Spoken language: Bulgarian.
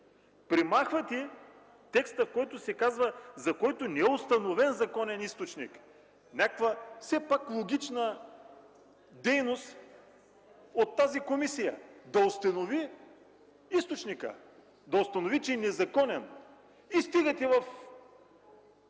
премахвате текста, в който се казва „за който не е установен законен източник”. Някаква все пак логична дейност на тази комисия е да установи източника, да установи, че е незаконен. И стигате до